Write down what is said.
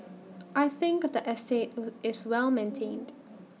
I think the estate is well maintained